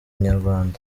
inyarwanda